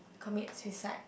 commit suicide